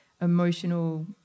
emotional